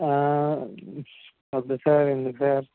వద్దు సార్ ఎందుకు సార్